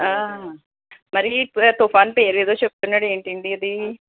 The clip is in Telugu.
మరి ఇప్పుడు ఆ తుఫాన్ పేరేదో చెప్తున్నాడు ఏంటండి అది